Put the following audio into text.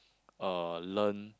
uh learn